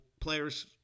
players